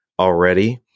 already